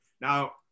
now